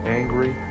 angry